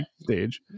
stage